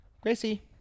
Gracie